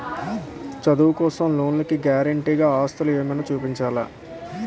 చదువు కోసం లోన్ కి గారంటే గా ఆస్తులు ఏమైనా చూపించాలా?